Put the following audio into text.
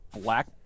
black